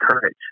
courage